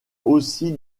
aussi